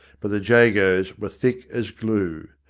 but the jagos were thick as glue.